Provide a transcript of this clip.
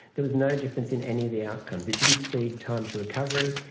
there was no difference in any of the outcomes. it didn't speed time to recovery,